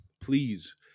please